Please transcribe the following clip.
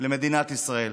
למדינת ישראל.